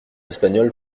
espagnole